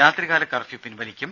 രാത്രികാല കർഫ്യൂ പിൻവലിക്കും